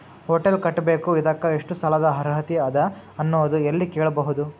Hotel ಕಟ್ಟಬೇಕು ಇದಕ್ಕ ಎಷ್ಟ ಸಾಲಾದ ಅರ್ಹತಿ ಅದ ಅನ್ನೋದು ಎಲ್ಲಿ ಕೇಳಬಹುದು?